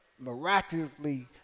Miraculously